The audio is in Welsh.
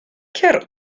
cer